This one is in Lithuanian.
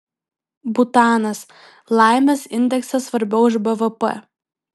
butanas laimės indeksas svarbiau už bvp